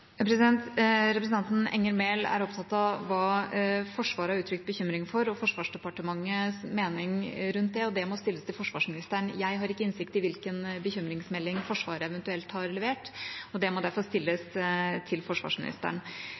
Representanten Enger Mehl er opptatt av hva Forsvaret har uttrykt bekymring for, og Forsvarsdepartementets mening rundt det, og det må rettes til forsvarsministeren. Jeg har ikke innsikt i hvilken bekymringsmelding Forsvaret eventuelt har levert, og det spørsmålet må derfor stilles til forsvarsministeren.